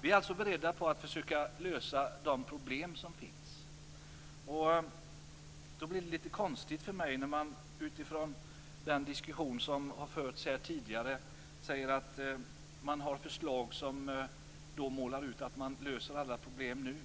Vi är alltså beredda på att försöka lösa de problem som finns. Då blir det lite konstigt för mig när man utifrån den diskussion som tidigare har förts här säger att man har förslag som målar ut att man löser alla problem nu.